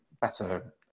better